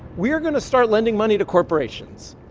we are going to start lending money to corporations